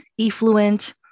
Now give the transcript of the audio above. effluent